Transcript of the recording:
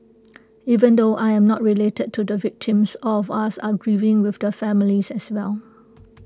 even though I am not related to the victims all of us are grieving with the families as well